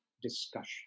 Discussion